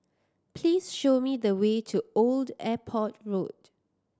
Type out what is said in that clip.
please show me the way to Old Airport Road